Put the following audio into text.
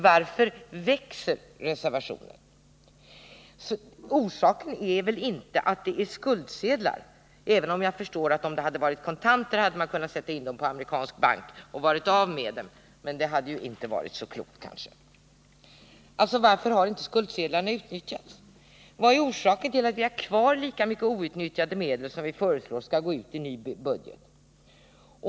Varför växer reservationen? Orsaken är väl inte att det är skuldsedlar, även om jag förstår att om det varit kontanter hade man kunnat sätta in dem på amerikansk bank och varit av med dem — men det hade kanske inte varit så klokt. Varför har alltså inte skuldsedlarna utnyttjats? Vad är orsaken till att vi har kvar lika mycket outnyttjade medel som vi i ny budget föreslår skall gå ut?